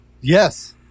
yes